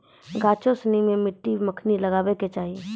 गाछो सिनी के मट्टी मे कखनी लगाबै के चाहि?